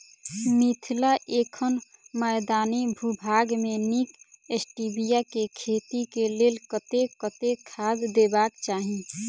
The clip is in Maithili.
मिथिला एखन मैदानी भूभाग मे नीक स्टीबिया केँ खेती केँ लेल कतेक कतेक खाद देबाक चाहि?